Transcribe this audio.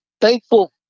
thankful